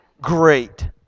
great